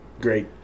great